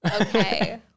okay